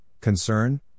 concern